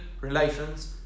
relations